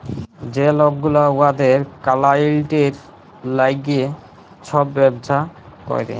যে লক গুলা উয়াদের কালাইয়েল্টের ল্যাইগে ছব ব্যবসা ক্যরে